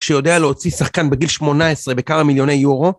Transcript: שיודע להוציא שחקן בגיל 18 בכמה מיליוני יורו.